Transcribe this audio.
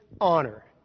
honor